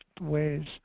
ways